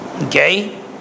Okay